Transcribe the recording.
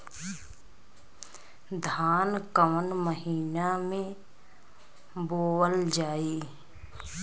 धान कवन महिना में बोवल जाई?